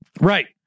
Right